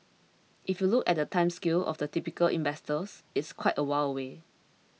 if you look at the time scale of the typical investor it's quite a while away